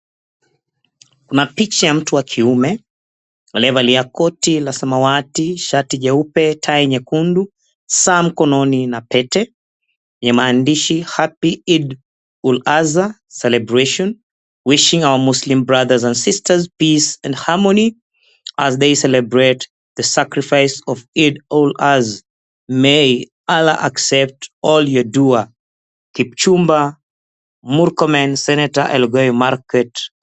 Kuna picha ya mtu wa kiume, aliyevalia koti la samawati, shati jeupe, tai nyekundu, saa mkononi na pete ya maandishi, Happy Idd-Ul-Azha Celebration, Wishing our Muslim Brothers and Sisters Peace and Harmony as They Celebrate the Sacrifice of Idd-Ul-Azha, May Allah Accept All your Dua, Kipchumba Murkomen, Senator Elgeyo Marakwet.